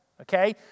Okay